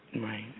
Right